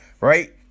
right